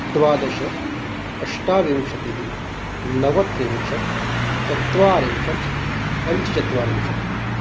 द्वादश अष्टाविंशतिः नवत्रिंशत् चत्वारिंशत् पञ्चचत्वारिंशत्